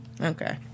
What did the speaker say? Okay